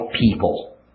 people